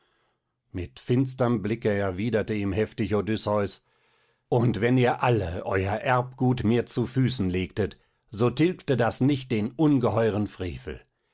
mit finsterm blicke erwiderte ihm heftig odysseus und wenn ihr alle euer erbgut mir zu füßen legtet so tilgte das nicht den ungeheuren frevel